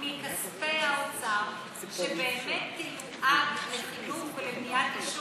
מכספי האוצר שבאמת תיועד לחינוך ולמניעת עישון,